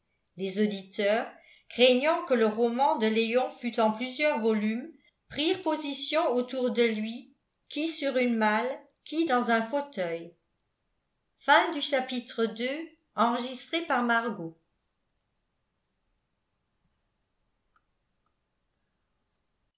les auditeurs craignant que le roman de léon fût en plusieurs volumes prirent position autour de lui qui sur une malle qui dans un fauteuil iii